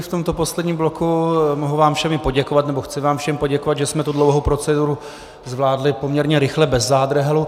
V tomto posledním bloku mohu vám všem i poděkovat, nebo chci vám všem poděkovat, že jsme tu dlouhou proceduru zvládli poměrně rychle bez zádrhelů.